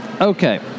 Okay